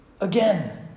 Again